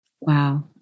Wow